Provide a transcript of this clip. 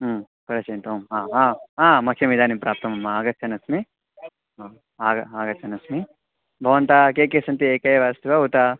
पश्यन्तु हा हा आ मह्यम् इदानीं प्राप्तुम् आगच्छन् अस्मि हा आग आगच्छन् अस्मि भवन्तः के के सन्ति एकम् एव अस्ति वा उत